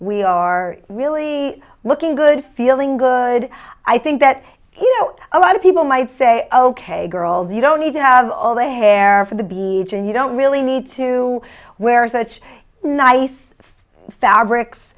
we are really looking good feeling good i think that you know a lot of people might say ok girls you don't need to have all the hair from the beach and you don't really need to wear such nice fabrics